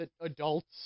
adults